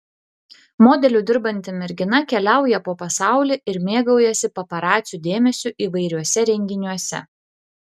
modeliu dirbanti mergina keliauja po pasaulį ir mėgaujasi paparacių dėmesiu įvairiuose renginiuose